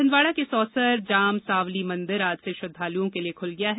छिंदवाड़ा के सौंसर जाम सांवली मंदिर आज से श्रद्दालुओं के लिए खुल गया है